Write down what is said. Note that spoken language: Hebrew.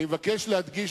אני מבקש להדגיש